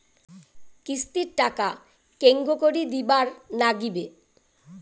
কিস্তির টাকা কেঙ্গকরি দিবার নাগীবে?